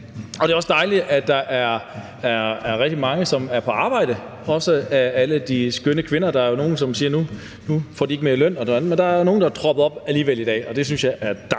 Og det er også dejligt, at der er rigtig mange, som er på arbejde, også af alle de skønne kvinder. Der er jo nogle, som siger, at nu får de ikke mere i løn, men der er nogen, der tropper op alligevel i dag. Det synes jeg er dejligt